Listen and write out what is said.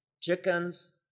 chickens